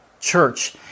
Church